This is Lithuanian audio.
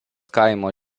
kaimo